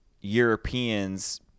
Europeans